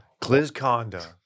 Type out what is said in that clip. Glizconda